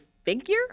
figure